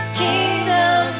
kingdom